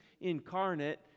incarnate